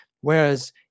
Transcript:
whereas